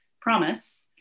promise